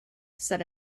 said